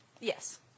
Yes